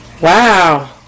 Wow